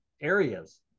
areas